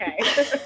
Okay